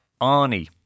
Arnie